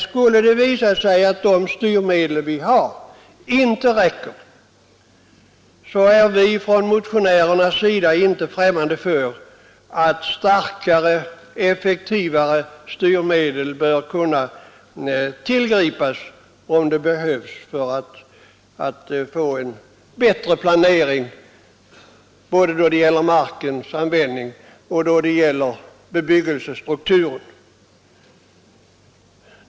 Skulle det visa sig att de styrmedel vi har inte räcker, är motionärerna inte främmande för tanken att tillgripa effektivare styrmedel, om detta behövs för att få till stånd en bättre planering, både då det gäller markens användning och då det gäller strukturen.